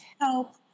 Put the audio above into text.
help